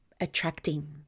attracting